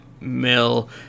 Mill